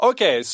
Okay